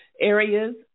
areas